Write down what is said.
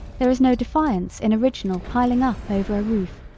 there is no defiance in original piling up over a roof,